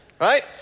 Right